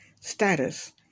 status